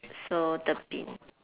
so thirteen